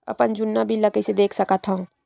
अपन जुन्ना बिल ला कइसे देख सकत हाव?